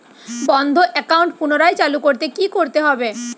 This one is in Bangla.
বন্ধ একাউন্ট পুনরায় চালু করতে কি করতে হবে?